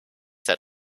that